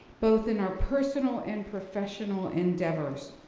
both in our personal and professional endeavors.